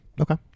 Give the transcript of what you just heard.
Okay